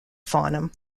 farnham